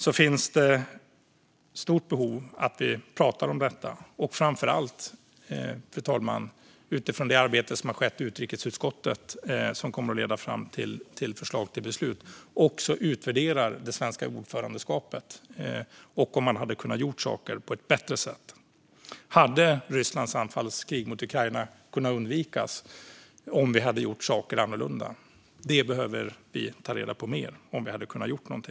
Det finns ett stort behov av att vi pratar om detta och framför allt, utifrån det arbete som har skett i utrikesutskottet och som kommer att leda fram till ett förslag till beslut, också utvärderar det svenska ordförandeskapet och om saker hade kunnat göras på ett bättre sätt. Hade Rysslands anfallskrig mot Ukraina kunnat undvikas om vi hade gjort saker annorlunda? Detta behöver vi ta reda på mer om.